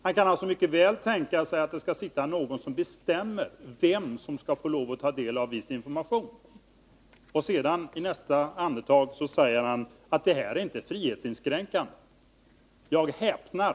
Han kan alltså mycket väl tänka sig att det skall sitta någon som bestämmer vem som skall få lov att ta del av viss information, och i nästa andetag säger han att det är inte frihetsinskränkande. Jag häpnar!